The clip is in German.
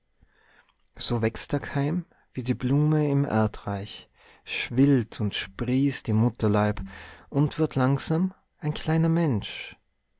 so wächst der keim wie die blume im erdreich schwillt und sprießt im mutterleib und wird langsam ein kleiner mensch